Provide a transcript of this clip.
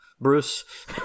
Bruce